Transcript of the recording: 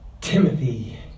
Timothy